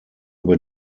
über